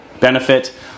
benefit